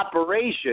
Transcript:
operation